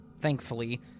thankfully